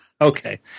Okay